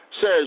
says